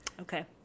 Okay